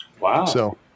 Wow